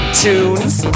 tunes